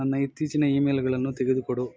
ನನ್ನ ಇತ್ತೀಚಿನ ಈಮೇಲ್ಗಳನ್ನು ತೆಗೆದುಕೊಡು